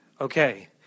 Okay